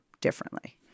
differently